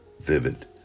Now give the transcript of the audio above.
vivid